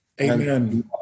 Amen